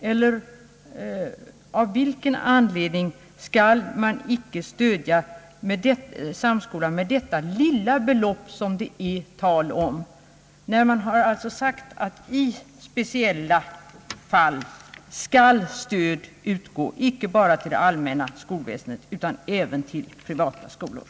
Eller av vilken anledning skall vi icke stödja Samskolan i Göteborg med det lilla belopp som det är fråga om, när det har sagts att stöd skall utgå i speciella fall, icke bara till det allmänna skolväsendet, utan även till privata skolor?